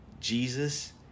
Jesus